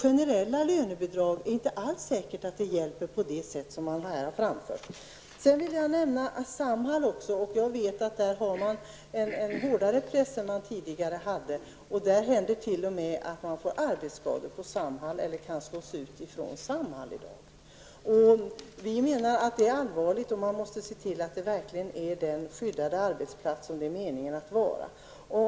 Det är inte alls säkert att generella lönebidrag ger den förbättring man har framfört här. Jag vet att Samhall nu har en hårdare press på sig än tidigare. Det händer t.o.m. att anställda får arbetsskador vid Samhall eller att de slås ut från Samhall. Vi menar att det är allvarligt och att man måste se till att Samhall är den skyddade arbetsplats som varit avsikten.